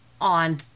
on